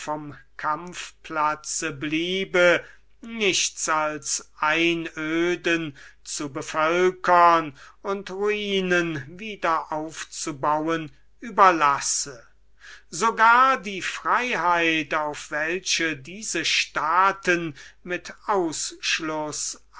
kampf platze bliebe nichts als einöden zu bevölkern und ruinen wieder aufzubauen überlasse so gar die freiheit auf welche diese staaten mit ausschluß